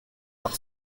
par